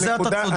בזה אתה צודק.